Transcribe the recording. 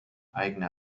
eigene